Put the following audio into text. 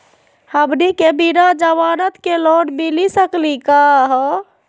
हमनी के बिना जमानत के लोन मिली सकली क हो?